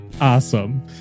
awesome